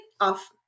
off